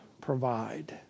provide